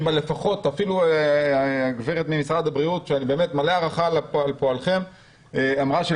אפילו הגברת ממשרד הבריאות אמרה שזאת השפה